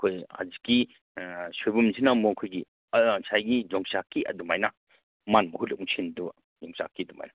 ꯑꯩꯈꯣꯏ ꯍꯧꯖꯤꯛꯀꯤ ꯁꯣꯏꯕꯨꯝꯁꯤꯅ ꯑꯃꯨꯛ ꯑꯩꯈꯣꯏꯒꯤ ꯉꯁꯥꯏꯒꯤ ꯌꯣꯡꯆꯥꯛꯀꯤ ꯑꯗꯨꯃꯥꯏꯅ ꯃꯥꯅ ꯃꯍꯨꯠ ꯑꯃꯨꯛ ꯁꯤꯟꯗꯣꯏꯕ ꯌꯣꯡꯆꯥꯛꯀꯤ ꯑꯗꯨꯃꯥꯏꯅ